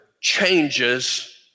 changes